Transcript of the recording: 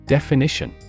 Definition